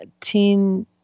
Teen